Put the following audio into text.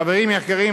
חברים יקרים,